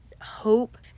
hope